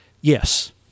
Yes